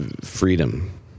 freedom